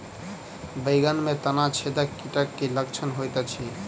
बैंगन मे तना छेदक कीटक की लक्षण होइत अछि?